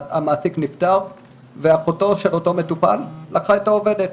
המעסיק נפטר ואחותו של אותו מטופל לקחה את העובדת